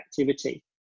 activity